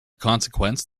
consequence